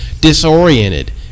disoriented